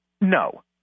No